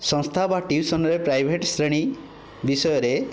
ସଂସ୍ଥା ବା ଟିଉସନରେ ପ୍ରାଇଭେଟ୍ ଶ୍ରେଣୀ ବିଷୟରେ